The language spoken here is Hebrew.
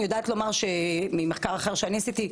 אני יודעת לומר ממחקר אחר שאני עשיתי,